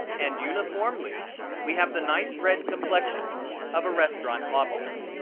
and uniformly we have the nice red complexion of a restaurant lobster.